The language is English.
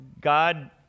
God